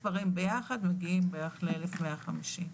הנכים משתי הקבוצות ביחד מגיעים בערך ל-1,150 אנשים.